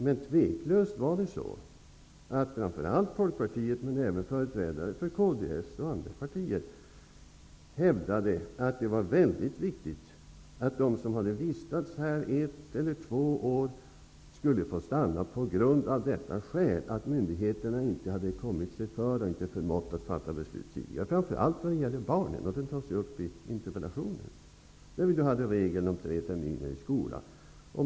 Men det var tveklöst företrädare för framför allt Folkpartiet, men också för Kds och andra partier, som hävdade att det var mycket viktigt att de som hade vistats här ett eller två år skulle få stanna på grund av att myndigheterna inte kommit sig för, eller förmått, att fatta beslut tidigare. Detta gällde framför allt barnen. Detta tas upp i interpellationen. Vi hade en regel om tre terminer i skola.